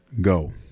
go